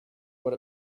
what